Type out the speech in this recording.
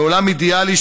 בעולם אידיאלי,